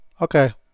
Okay